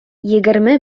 егерме